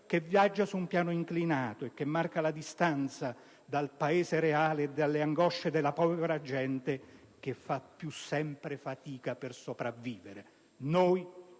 che viaggia su un piano inclinato e che marca la distanza dal Paese reale e dalle angosce della povera gente, che fa sempre più fatica per sopravvivere.